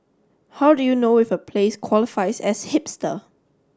how do you know if a place qualifies as hipster